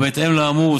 ובהתאם לאמור,